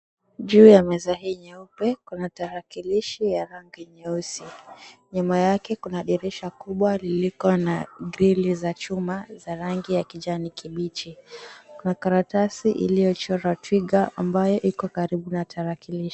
Juu ya meza hii nyeupe kuna tarakilishi ya rangi nyeusi. Nyuma yake kuna dirisha kubwa liko na grili za chuma za rangi ya kijani kibichi. Kuna karatasi iliyochorwa twiga ambayo iko karibu na tarakilishi.